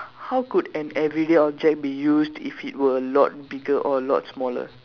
how could an everyday object be used if it were a lot bigger or a lot smaller